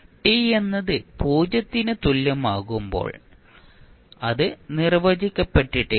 t എന്നത് 0 ന് തുല്യമാകുമ്പോൾ അത് നിർവചിക്കപ്പെടില്ല